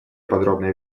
подробной